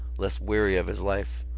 less weary of his life,